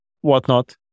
whatnot